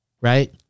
right